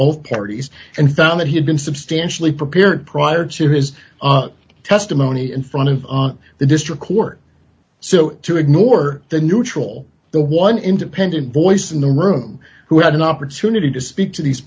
both parties and found that he had been substantially prepared prior to his testimony in front of the district court so to ignore the neutral the one independent voice in the room who had an opportunity to speak to these